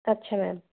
ਅੱਛਾ ਮੈਮ